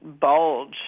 bulge—